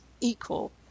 equal